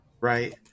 Right